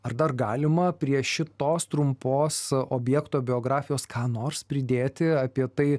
ar dar galima prie šitos trumpos objekto biografijos ką nors pridėti apie tai